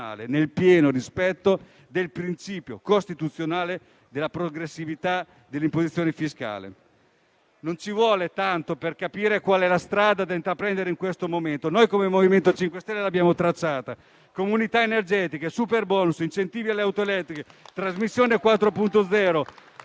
nel pieno rispetto del principio costituzionale della progressività dell'imposizione fiscale. Non ci vuole tanto per capire qual è la strada da intraprendere in questo momento. Il MoVimento 5 Stelle l'ha tracciata: comunità energetiche, *super bonus*, avvento della mobilità elettrica e incentivi